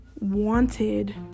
wanted